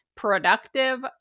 productive